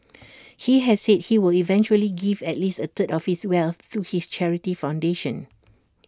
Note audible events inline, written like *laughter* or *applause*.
*noise* he has said he will eventually give at least A third of his wealth to his charity foundation